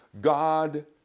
God